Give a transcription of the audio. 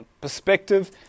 perspective